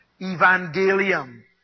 Evangelium